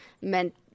meant